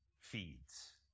feeds